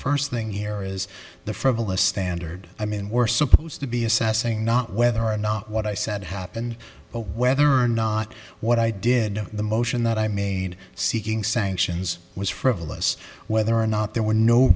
first thing here is the frivolous standard i mean we're supposed to be assessing not whether or not what i said happened but whether or not what i did the motion that i made seeking sanctions was frivolous whether or not there were no